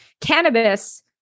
cannabis